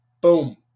boom